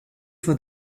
for